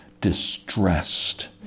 distressed